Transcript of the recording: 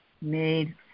made